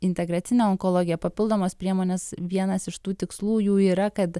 integracinė onkologija papildomos priemonės vienas iš tų tikslų jų yra kad